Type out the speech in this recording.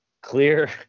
clear